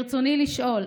ברצוני לשאול: